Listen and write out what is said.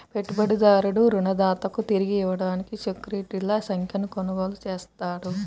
పెట్టుబడిదారుడు రుణదాతకు తిరిగి ఇవ్వడానికి సెక్యూరిటీల సంఖ్యను కొనుగోలు చేస్తాడు